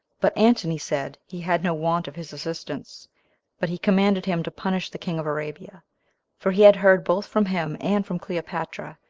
but antony said he had no want of his assistance but he commanded him to punish the king of arabia for he had heard both from him, and from cleopatra,